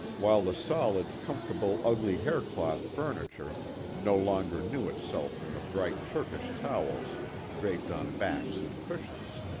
while the solid, comfortable ugly hair-cloth furniture no longer knew itself from the bright turkish towels draped on backs and cushions.